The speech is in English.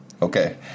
Okay